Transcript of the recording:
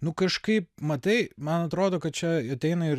nu kažkaip matai man atrodo kad čia ateina ir